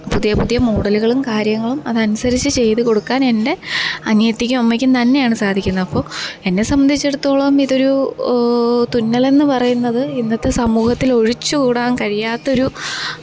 പുതിയ പുതിയ മോഡല്കളും കാര്യങ്ങളും അതനുസരിച്ച് ചെയ്ത് കൊടുക്കാൻ എന്റെ അനിയത്തിക്കും അമ്മയ്ക്കും തന്നെയാണ് സാധിക്കുന്നത് അപ്പോൾ എന്നെ സംബന്ധിച്ചെടുത്തോളോം ഇതൊരു തുന്നലെന്ന് പറയുന്നത് ഇന്നത്തെ സമൂഹത്തിലൊഴിച്ച് കൂടാന് കഴിയാത്തൊരു